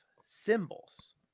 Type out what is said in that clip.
symbols